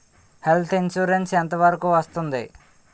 Health insurance ఎంత వరకు వస్తుంది?